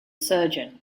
surgeon